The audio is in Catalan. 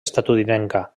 estatunidenca